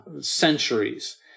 centuries